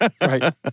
Right